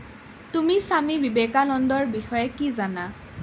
তুমি স্বামী বিবেকানন্দৰ বিষয়ে কি জানা